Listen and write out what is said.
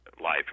life